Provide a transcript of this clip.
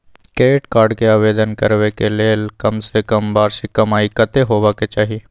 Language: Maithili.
क्रेडिट कार्ड के आवेदन करबैक के लेल कम से कम वार्षिक कमाई कत्ते होबाक चाही?